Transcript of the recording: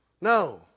no